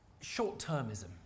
short-termism